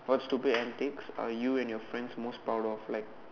what stupid antics are you and your friends most proud of like like